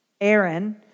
Aaron